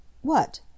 What